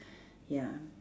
ya